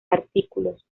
artículos